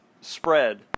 spread